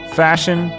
fashion